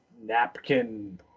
napkin